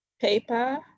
paper